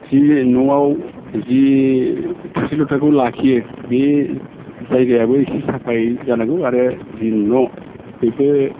जि न'आव जि थोरसि लथाखौ लाखियो बे जायगायावबो एसे साफायै जानांगौ आरो जि न' बेबो